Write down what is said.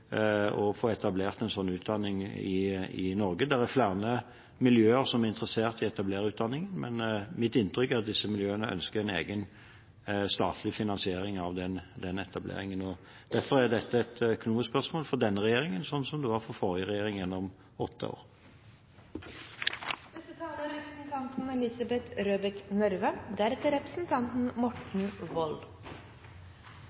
og få etablert en sånn utdanning i Norge. Det er flere miljøer som er interessert i å etablere utdanningen, men mitt inntrykk er at disse miljøene ønsker en egen statlig finansiering av den etableringen. Derfor er dette et økonomisk spørsmål for denne regjeringen, sånn som det var for den forrige regjeringen gjennom åtte år. Først takk til representanten